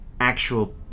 actual